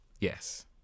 Yes